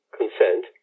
consent